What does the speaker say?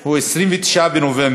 הוא 29 בנובמבר,